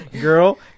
Girl